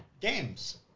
Games